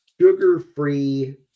sugar-free